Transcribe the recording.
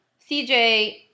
CJ